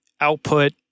output